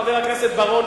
חבר הכנסת בר-און,